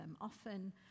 often